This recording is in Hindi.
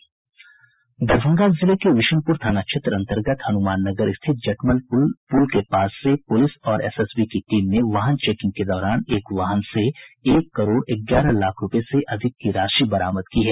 दरभंगा जिले के बिशनपूर थाना क्षेत्र अंतर्गत हनूमाननगर स्थित जटमल पुल के पास से पुलिस और एसएसबी की टीम ने वाहन चेकिंग के दौरान एक वाहन से एक करोड़ ग्यारह लाख रूपये से अधिक की राशि बरामद की है